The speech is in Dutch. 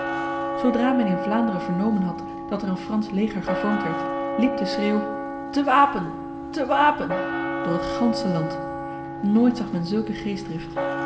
zodra men in vlaanderen vernomen had dat er een frans leger gevormd werd liep de schreeuw te wapen te wapen door het ganse land nooit zag men zulke geestdrift